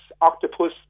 octopus